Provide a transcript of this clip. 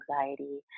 anxiety